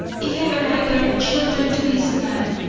if ever i bear children to this man,